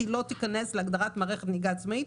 היא שהיא לא תיכנס להגדרת מערכת נהיגה עצמאית,